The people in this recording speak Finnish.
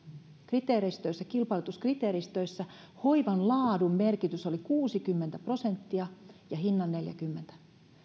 kriteeristöissä kilpailutuskriteeristöissä hoivan laadun merkitys oli kuusikymmentä prosenttia ja hinnan neljäkymmentä